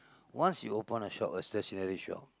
once you open a shop a stationery shop